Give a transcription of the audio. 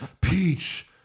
Peach